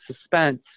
suspense